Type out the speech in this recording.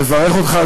מברך אותך,